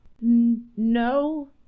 no